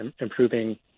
improving